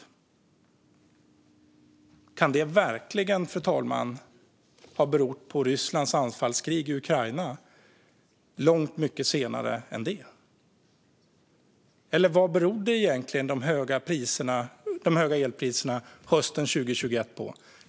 Kan det verkligen, fru talman, ha berott på Rysslands anfallskrig mot Ukraina, som kom långt mycket senare än det? Eller vad berodde egentligen de höga elpriserna hösten 2021 på?